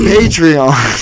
Patreon